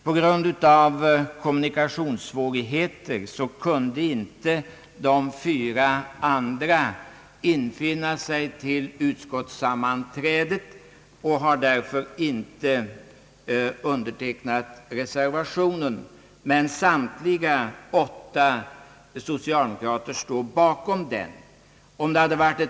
På grund av kommunikationssvårigheter kunde de fyra andra inte infinna sig till utskottssammanträdet och har därför inte undertecknat reservationen. Samtliga åtta socialdemokrater i utskottet står emellertid bakom den.